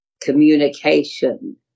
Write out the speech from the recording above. communication